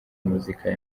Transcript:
muzika